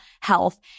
health